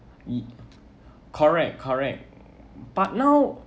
!ee! correct correct but now